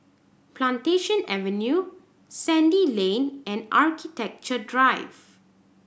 Plantation Avenue Sandy Lane and Architecture Drive